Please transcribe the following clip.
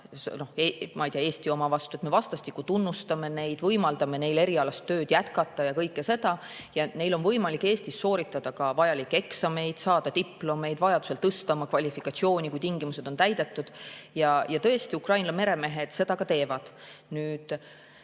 vahetada Eesti oma vastu, et me vastastikku tunnustame neid, võimaldame neil erialast tööd jätkata ja kõike seda. Ja neil on võimalik Eestis sooritada ka vajalikke eksameid, saada diplomeid, vajadusel tõsta oma kvalifikatsiooni, kui tingimused on täidetud. Ja tõesti, Ukraina meremehed seda ka teevad. Nüüd,